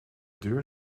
deur